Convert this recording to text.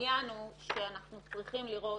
העניין הוא שאנחנו צריכים לראות,